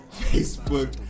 facebook